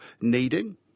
needing